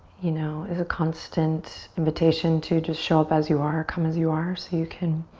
you know, is a constant invitation to just show up as you are. come as you are so you can